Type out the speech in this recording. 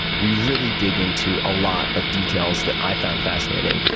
we really dig into a lot of details that i found fascinating.